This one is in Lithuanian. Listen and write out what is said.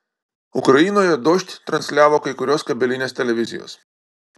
ukrainoje dožd transliavo kai kurios kabelinės televizijos